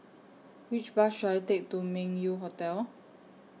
Which Bus should I Take to Meng Yew Hotel